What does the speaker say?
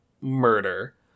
murder